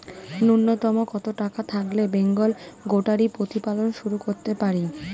নূন্যতম কত টাকা থাকলে বেঙ্গল গোটারি প্রতিপালন শুরু করতে পারি?